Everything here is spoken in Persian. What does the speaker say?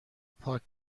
پاک